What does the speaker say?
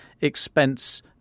expense